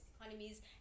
economies